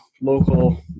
local